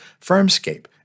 Firmscape